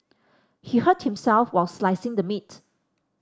he hurt himself while slicing the meat